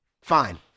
Fine